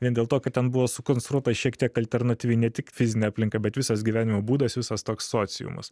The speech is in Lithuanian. vien dėl to kad ten buvo sukonstruota šiek tiek alternatyviai ne tik fizinė aplinka bet visas gyvenimo būdas visas toks sociumas